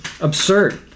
Absurd